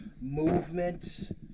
movement